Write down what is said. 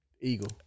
Eagle